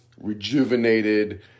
rejuvenated